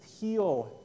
heal